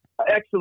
Excellent